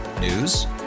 News